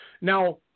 Now –